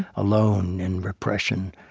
alone, in repression,